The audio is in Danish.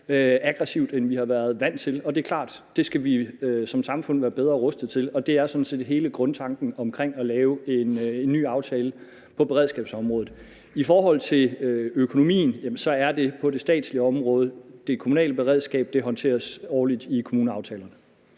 aggressivt, end vi har været vant til, og det er klart, at det skal vi som samfund være bedre rustet til at håndtere, og det er sådan set hele grundtanken omkring at lave en ny aftale på beredskabsområdet. I forhold til økonomien er det på det statslige område. Det kommunale beredskab håndteres årligt i kommuneaftalerne.